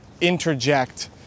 interject